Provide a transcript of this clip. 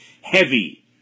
heavy